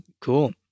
cool